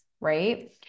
right